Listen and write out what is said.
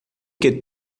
que